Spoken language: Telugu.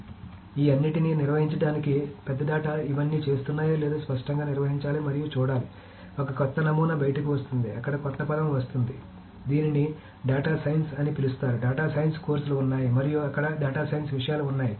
కాబట్టి ఈ అన్నింటినీ నిర్వహించడానికి పెద్ద డేటా ఇవన్నీ చేస్తున్నాయో లేదో స్పష్టంగా నిర్వచించాలి మరియు చూడాలి ఒక కొత్త నమూనా బయటకు వస్తోంది అక్కడ కొత్త పదం వస్తుంది దీనిని డేటా సైన్స్ అని పిలుస్తారు డేటా సైన్స్ కోర్సులు ఉన్నాయి మరియు అక్కడ డేటా సైన్స్ విషయాలు ఉన్నాయి